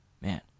Man